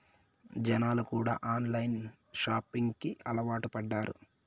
జనాలు కూడా online shopping కి అలవాటు పడ్డారు